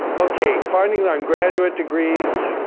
okay, findings on graduate degrees.